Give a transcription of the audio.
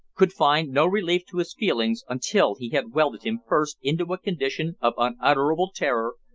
could find no relief to his feelings until he had welted him first into a condition of unutterable terror,